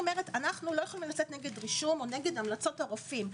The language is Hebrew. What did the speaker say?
אנו לא יכולים לצאת כנגד רישום או נגד המלצות הרופאים,